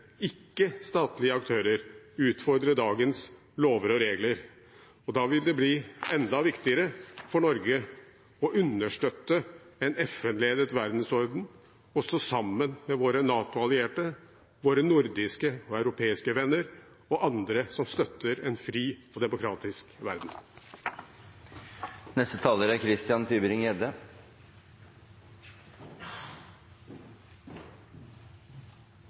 aktører utfordrer dagens lover og regler. Da vil det bli enda viktigere for Norge å understøtte en FN-ledet verdensorden og stå sammen med våre NATO-allierte, våre nordiske og europeiske venner og andre som støtter en fri og demokratisk verden.